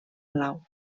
blau